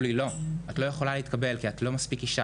לי שאני לא יכולה לקבל כי אני לא מספיק אישה.